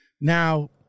Now